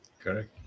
Correct